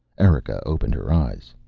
erika opened her eyes.